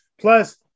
Plus